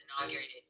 inaugurated